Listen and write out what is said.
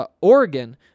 Oregon